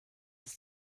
ist